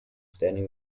standing